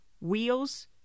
wheels